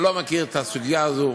אני לא מכיר את הסוגיה הזאת,